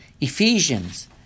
Ephesians